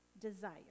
desire